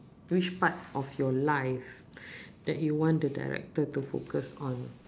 which part of your life that you want the director to focus on